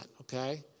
okay